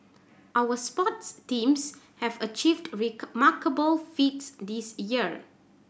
our sports teams have achieved remarkable feats this year